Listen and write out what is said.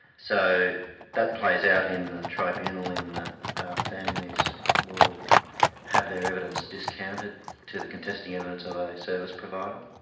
so that plays out in the tribunal in that families will have their evidence discounted to the contesting evidence of a service provider.